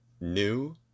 new